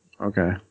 Okay